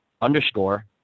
underscore